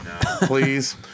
please